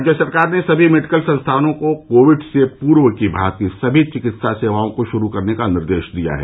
राज्य सरकार ने सभी मेडिकल संस्थानों को कोविड से पूर्व की भांति सभी चिकित्सा सेवाओं को शुरू करने का निर्देश दिया है